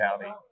County